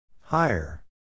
Higher